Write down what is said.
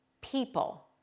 people